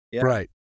Right